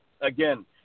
again